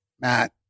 Matt